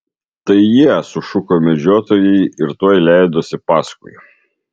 tai jie sušuko medžiotojai ir tuoj leidosi paskui